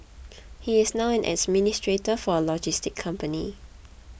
he is now an administrator for a logistics company